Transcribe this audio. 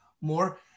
more